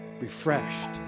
refreshed